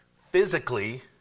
physically